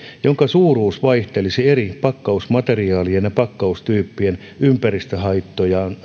jonka suuruus vaihtelisi eri pakkausmateriaalien ja pakkaustyyppien ympäristöhaittojen